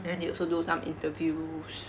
then they also do some interviews